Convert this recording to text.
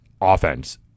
offense